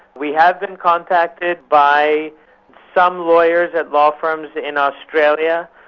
we have been contacted by some lawyers and law firms in australia,